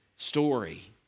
Story